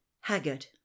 haggard